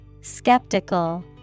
Skeptical